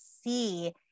see